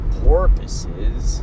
porpoises